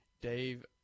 Dave